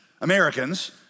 Americans